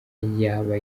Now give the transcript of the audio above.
yaba